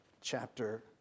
chapter